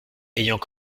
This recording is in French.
ayant